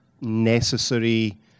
necessary